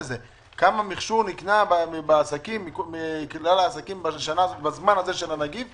זה כמה מכשור נקנה בעסקים בזמן התפרצות הנגיף,